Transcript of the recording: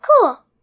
Cool